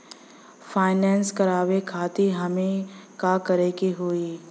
Finance करावे खातिर हमें का करे के होई?